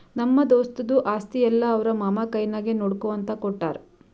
ನಮ್ಮ ದೋಸ್ತದು ಆಸ್ತಿ ಎಲ್ಲಾ ಅವ್ರ ಮಾಮಾ ಕೈನಾಗೆ ನೋಡ್ಕೋ ಅಂತ ಕೊಟ್ಟಾರ್